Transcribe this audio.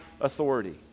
authority